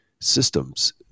systems